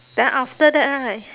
then after that right